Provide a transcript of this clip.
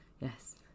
yes